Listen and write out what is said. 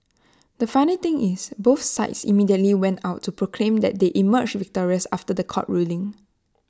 the funny thing is both sides immediately went out to proclaim that they emerged victorious after The Court ruling